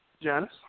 Janice